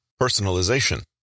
Personalization